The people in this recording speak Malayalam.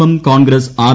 M Congress R